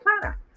planner